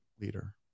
leader